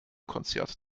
konzert